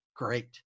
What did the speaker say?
Great